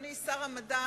אדוני שר המדע,